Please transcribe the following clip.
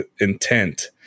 intent